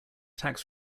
tax